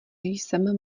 jsem